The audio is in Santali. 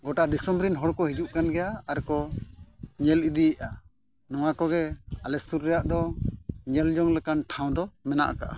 ᱜᱚᱴᱟ ᱫᱤᱥᱚᱢ ᱨᱮᱱ ᱦᱚᱲᱠᱚ ᱦᱤᱡᱩᱜ ᱠᱟᱱ ᱜᱮᱭᱟ ᱟᱨ ᱠᱚ ᱧᱮᱞ ᱤᱫᱤᱭᱮᱫᱼᱟ ᱱᱚᱣᱟ ᱠᱚᱜᱮ ᱟᱞᱮ ᱥᱩᱨ ᱨᱮᱭᱟᱜ ᱫᱚ ᱧᱮᱞᱡᱚᱝ ᱞᱮᱠᱟᱱ ᱴᱷᱟᱶ ᱫᱚ ᱢᱮᱱᱟᱜ ᱟᱠᱟᱫᱼᱟ